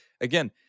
again